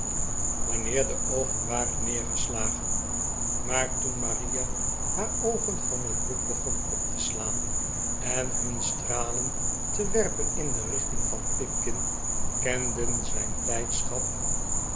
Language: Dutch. wanneer de oogen waren neergeslagen maar toen maria haar oogen van het boek begon op te slaan en hun stralen te werpen in de richting van pipkin kenden zijn blijdschap